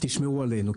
תשמרו עלינו,